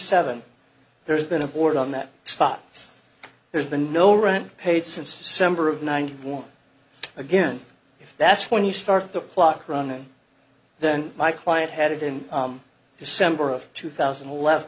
seven there's been a board on that spot there's been no rent paid since december of ninety one again if that's when you start the clock running then my client had it in december of two thousand